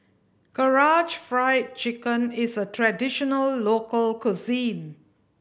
Karaage Fried Chicken is a traditional local cuisine